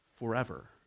forever